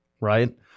right